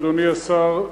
אדוני השר,